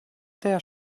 der